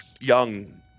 young